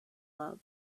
love